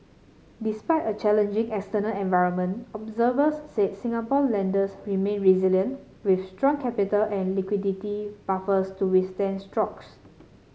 despite a challenging external environment observers said Singapore lenders remain resilient with strong capital and liquidity buffers to withstand strokes